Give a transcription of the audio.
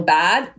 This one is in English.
bad